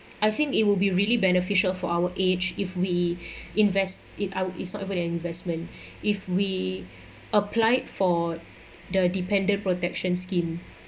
I think it will be really beneficial for our age if we invest it and it's not about an investment if we applied for the dependent protection scheme